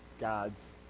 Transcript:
God's